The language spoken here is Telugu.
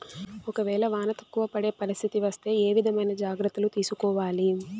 ఒక వేళ వాన తక్కువ పడే పరిస్థితి వస్తే ఏ విధమైన జాగ్రత్తలు తీసుకోవాలి?